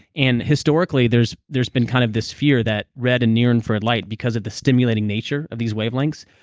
and historically, there's there's been kind of this fear that red and near infrared light because of the stimulating nature of these wavelengths,